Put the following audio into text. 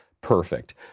perfect